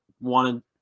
wanted